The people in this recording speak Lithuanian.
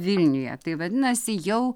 vilniuje tai vadinasi jau